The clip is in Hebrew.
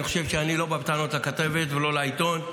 אני לא בא בטענות לכתבת ולא לעיתון,